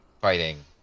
fighting